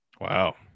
Wow